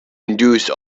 induce